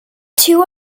two